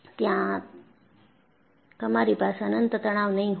ત્યાં તમારી પાસે અનંત તણાવ નહીં હોય